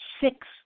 six